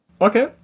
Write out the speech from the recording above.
Okay